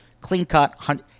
clean-cut